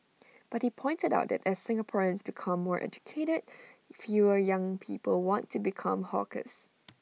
but he pointed out that as Singaporeans become more educated fewer young people want to become hawkers